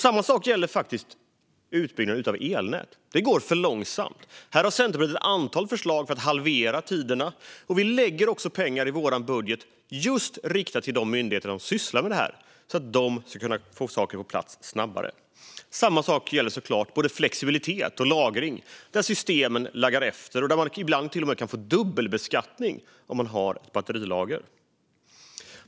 Samma sak gäller faktiskt utbyggnaden av elnät. Det går för långsamt. Här har Centerpartiet ett antal förslag för att halvera tiderna. Vi lägger också pengar i vår budget riktade till just de myndigheter som sysslar med det här så att de ska kunna få saker på plats snabbare. Samma sak gäller såklart både flexibilitet och lagring, där systemen laggar efter och man ibland till och med kan få dubbelbeskattning om man har batterilager.